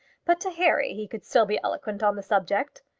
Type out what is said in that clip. but to harry he could still be eloquent on the subject.